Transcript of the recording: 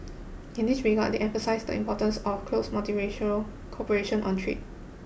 in this regard they emphasised the importance of close multilateral cooperation on trade